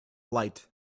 light